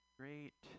great